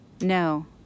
No